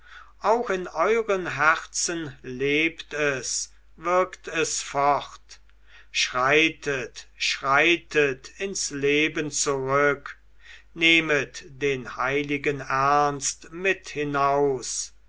auch in euren herzen lebt es wirkt es fort schreitet schreitet ins leben zurück nehmet den heiligen ernst mit hinaus